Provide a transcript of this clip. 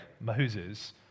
Moses